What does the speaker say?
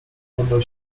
poddał